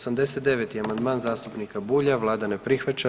89. amandman, zastupnika Bulja, Vlada ne prihvaća.